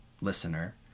listener